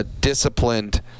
Disciplined